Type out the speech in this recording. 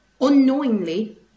unknowingly